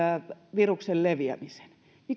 viruksen leviämisen